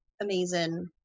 amazing